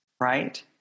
right